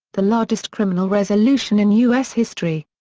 the largest criminal resolution in us history.